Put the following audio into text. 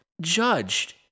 judged